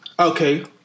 Okay